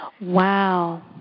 Wow